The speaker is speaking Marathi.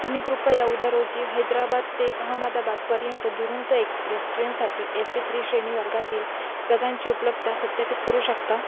तुम्ही कृपया उद्या रोजी हैदराबाद ते अहमदाबादपर्यंत दुरुंत एक्सप्रेस ट्रेनसाठी ए सी थ्री श्रेणी वर्गातील जागांची उपलब्धता सत्यापित करू शकता